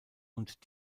und